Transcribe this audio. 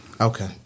Okay